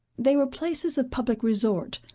they were places of public resort,